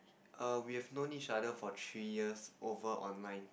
err we have known each other for three years over online